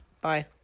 Bye